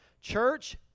Church